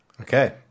Okay